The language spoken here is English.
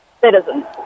citizens